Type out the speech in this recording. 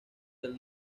del